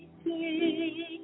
see